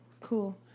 cool